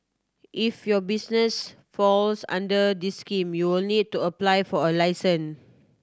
if your business falls under the scheme you'll need to apply for a license